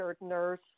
nurse